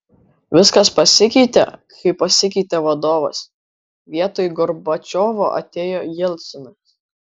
viskas pasikeitė kai pasikeitė vadovas vietoj gorbačiovo atėjo jelcinas